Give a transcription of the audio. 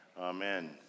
Amen